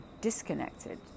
disconnected